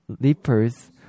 leapers